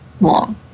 long